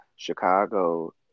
Chicago